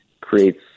creates